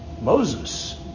Moses